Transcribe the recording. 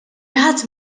ħadd